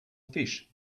fish